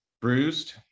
bruised